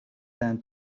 than